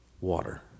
water